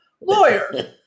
lawyer